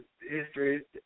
history